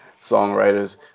songwriters